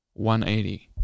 180